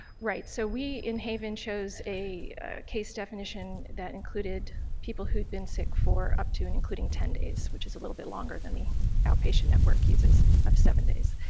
right. so we in haven shows a case definition that included people who had been sick for up to and including ten days, which is a little bit longer than the outpatient network uses of seven days.